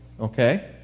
Okay